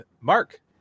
Mark